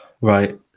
right